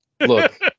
Look